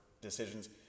decisions